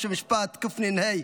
חושן משפט קנ"ה,